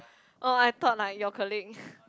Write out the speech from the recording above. oh I thought like your colleague